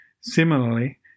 similarly